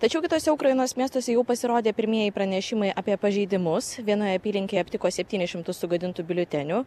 tačiau kituose ukrainos miestuose jau pasirodė pirmieji pranešimai apie pažeidimus vienoje apylinkėje aptiko septynis šimtus sugadintų biuletenių